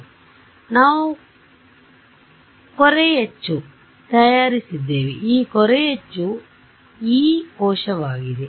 ಆದ್ದರಿಂದ ನಾವು ಕೊರೆಯಚ್ಚು ತಯಾರಿಸಿದ್ದೇವೆ ಈ ಕೊರೆಯಚ್ಚು ಯೀ ಕೋಶವಾಗಿದೆ